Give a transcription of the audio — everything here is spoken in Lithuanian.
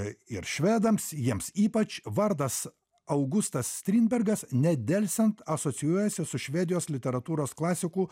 ir švedams jiems ypač vardas augustas strindbergas nedelsiant asocijuojasi su švedijos literatūros klasiku